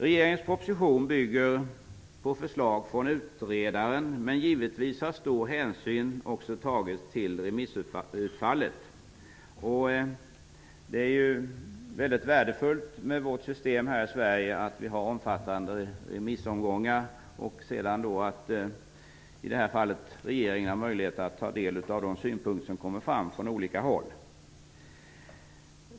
Regeringens proposition bygger på förslag från utredaren, men givetvis har stor hänsyn också tagits till remissutfallet. Vårt system här i Sverige är mycket värdefullt. Vi har omfattande remissomgångar och sedan har i det här fallet regeringen möjlighet att ta del av de synpunkter som kommer fram från olika håll.